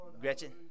Gretchen